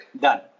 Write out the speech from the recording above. Done